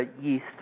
yeast